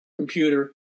computer